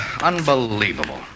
Unbelievable